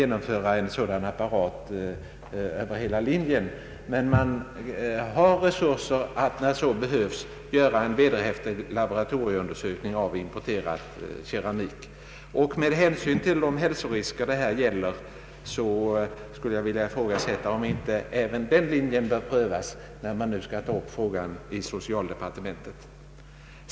Med hänsyn till de hälsorisker det här gäller skulle jag vilja ifrågasätta om inte även den linjen bör prövas, när frågan nu skall tas upp i socialdepartementet.